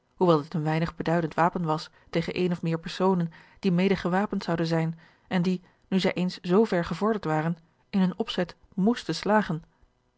hoewel dit een weinig beduidend wapen was tegen een of meer personen die mede gewapend zouden zijn en die nu zij eens zoo ver gevorderd waren in hun opzet moesten slagen